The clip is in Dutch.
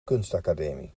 kunstacademie